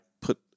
put